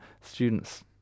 students